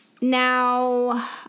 Now